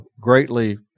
greatly